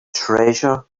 treasure